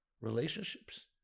relationships